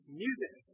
music